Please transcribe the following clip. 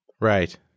Right